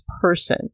person